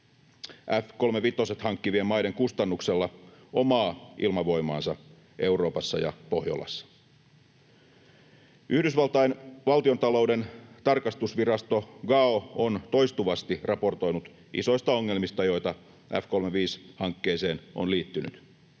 F-35:t hankkivien maiden kustannuksella omaa ilmavoimaansa Euroopassa ja Pohjolassa. Yhdysvaltain valtiontalouden tarkastusvirasto GAO on toistuvasti raportoinut isoista ongelmista, joita F-35-hankkeeseen on liittynyt